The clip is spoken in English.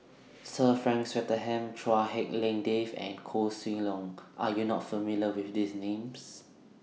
Sir Frank Swettenham Chua Hak Lien Dave and Koh Seng Leong Are YOU not familiar with These Names